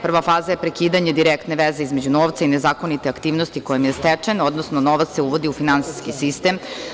Prva faza je prekidanje direktne veze između novca i nezakonite aktivnosti kojom je stečen, odnosno novac se uvodi u finansijski sistem.